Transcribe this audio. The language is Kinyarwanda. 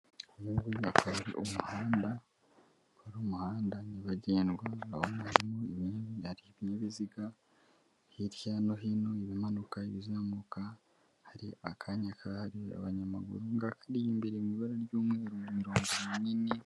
Bamwe hari umuhanda wari umuhanda nyabagendwa ba umwarimu iminyenda ibinyabiziga hirya no hino ibimanuka bizamuka hari akanya kahari abanyamaguru ari imbere mu iba ry'umweru na mirongo minini.